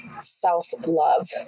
self-love